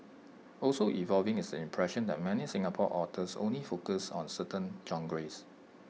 also evolving is the impression that many Singapore authors only focus on certain